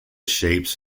shapes